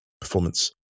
performance